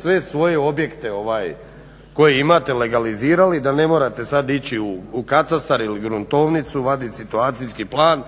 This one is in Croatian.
sve svoje objekte koje imate legalizirali, da ne morate sad ići u katastar ili gruntovnicu vadit situacijski plan,